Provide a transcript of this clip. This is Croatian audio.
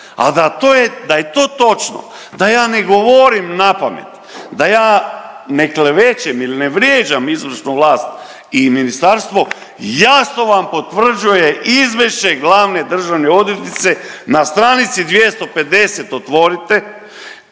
da je to točno, da ja ne govorim napamet, da ja ne klevećem ili ne vrijeđam izvršnu vlast i ministarstvo, jasno vam potvrđuje izvješće glavne državne odvjetnice na stranici 250. otvorite